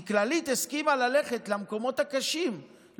כי כללית הסכימה ללכת למקומות הקשים,